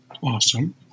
Awesome